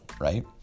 right